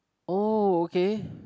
oh okay